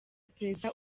perezida